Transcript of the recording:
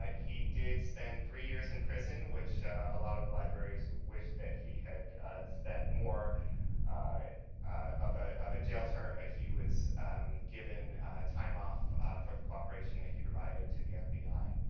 he did spend three years in prison, which a lot of the libraries wished that he had spent more of a of a jail term, but he was given time off for the cooperation that he provided to the fbi.